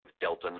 Delta